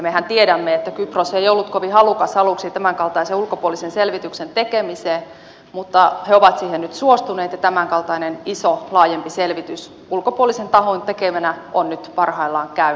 mehän tiedämme että kypros ei ollut kovin halukas aluksi tämänkaltaisen ulkopuolisen selvityksen tekemiseen mutta he ovat siihen nyt suostuneet ja tämänkaltainen iso laajempi selvitys ulkopuolisen tahon tekemänä on nyt parhaillaan käynnissä